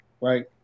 right